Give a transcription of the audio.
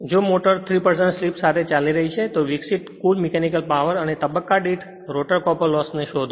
જો motor 3 slip સાથે ચાલી રહી છે તો વિકસિત કુલ મીકેનિકલ પાવર અને તબક્કા દીઠ રોટર કોપર ના લોસ ને શોધો